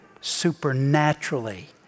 supernaturally